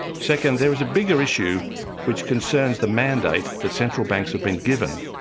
second, there is a bigger issue which concerns the mandate that central banks have been given.